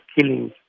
killings